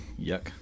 Yuck